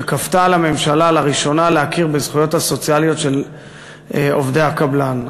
שכפתה על הממשלה לראשונה להכיר בזכויות הסוציאליות של עובדי הקבלן.